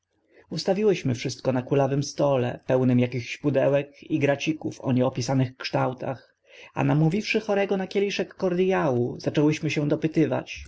ustawiłyśmy wszystko na kulawym stole pełnym akichś pudełek i gracików o nieopisanych kształtach a namówiwszy chorego na kieliszeczek kordiału zaczęłyśmy się dopytywać